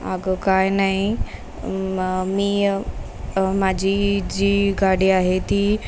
अगं काय नाही मी माझी जी गाडी आहे ती